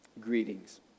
Greetings